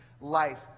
life